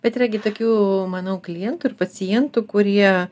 bet yra gi tokių manau klientų ir pacientų kurie